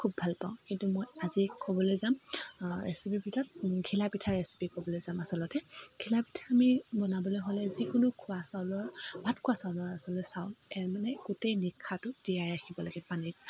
খুব ভাল পাওঁ এইটো মই আজি ক'বলৈ যাম ৰেচিপিৰ ভিতৰত ঘিলা পিঠাৰ ৰেচিপি ক'বলৈ যাম আচলতে ঘিলা পিঠা আমি বনাবলে হ'লে যিকোনো খোৱা চাউলৰ ভাত খোৱা চাউলৰ আচলতে চাউল এই মানে গোটেই নিশাটো তিয়াই ৰাখিব লাগে পানীত